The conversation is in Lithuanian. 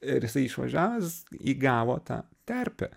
ir jisai išvažiavęs įgavo tą terpę